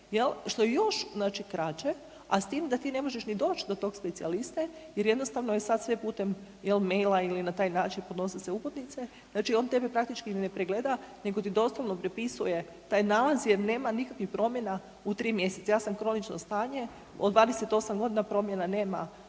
znači kraće, a s tim da ti ni možeš niti doći do tog specijaliste jer jednostavno je sad sve putem jel maila ili na taj način podnose se uputnice, znači on tebe praktički ni ne pregleda nego ti doslovno prepisuje taj nalaz jer nema nikakvih promjena u 3 mjeseca. Ja sam kronično stanje, od 28 godina promjena nema